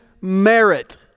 merit